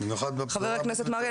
חבר הכנסת מרעי,